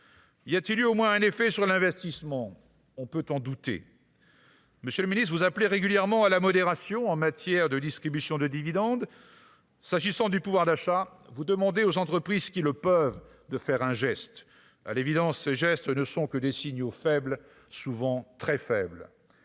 y a-t-il eu au moins un effet sur l'investissement, on peut en douter, monsieur le Ministre vous appelait régulièrement à la modération en matière de distribution de dividendes s'agissant du pouvoir d'achat, vous demandez aux entreprises qui le peuvent, de faire un geste, à l'évidence, ce geste ne sont que des signaux faibles, souvent très faible,